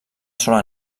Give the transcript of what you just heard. sola